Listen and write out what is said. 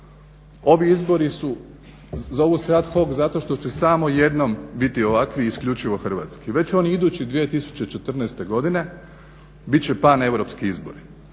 Ovi izbori su, zovu se ad hoc zato što će samo jednom biti ovakvi i isključivo Hrvatski. Već oni idući 2014. godine bit će pan Europski izbori,